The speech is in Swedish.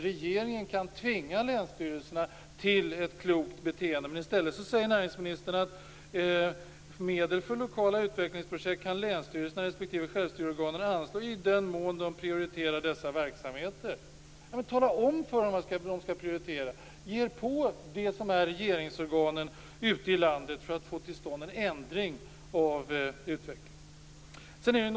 Regeringen kan tvinga länsstyrelserna till ett klokt beteende, men i stället säger näringsministern: "Medel för lokala utvecklingsprojekt kan länsstyrelserna respektive självstyrelseorganen anslå i den mån de prioriterar dessa verksamheter." Tala i stället om för dem vad de skall prioritera! Ge er i kast med regeringens organ ute i landet för att få till stånd en ändring av utvecklingen!